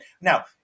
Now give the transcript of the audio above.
Now